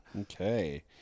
Okay